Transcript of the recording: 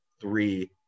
three